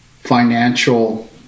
financial